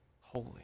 holy